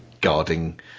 guarding